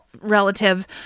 relatives